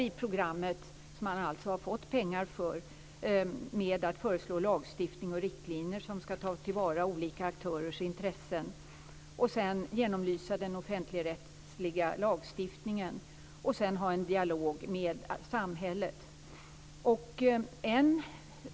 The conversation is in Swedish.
I programmet, som man redan har fått pengar för, kommer man att föreslå lagstiftning och riktlinjer för att ta till vara olika aktörers intressen. Dessutom skall man genomlysa den offentligrättsliga lagstiftningen och föra en dialog med samhället.